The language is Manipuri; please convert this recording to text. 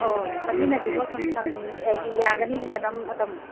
ꯑꯣ ꯆꯠꯃꯤꯟꯅꯁꯤꯀꯣ ꯁꯨꯝ ꯁꯪ ꯑꯩꯗꯤ ꯌꯥꯒꯤꯅꯅ ꯃꯦꯗꯥꯝ ꯃꯇꯝ